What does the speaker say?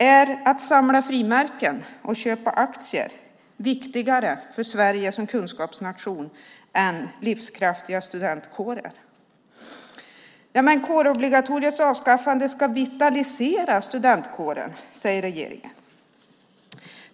Är att samla frimärken och köpa aktier viktigare för Sverige som kunskapsnation än livskraftiga studentkårer? Kårobligatoriets avskaffande ska vitalisera studentkåren, säger regeringen.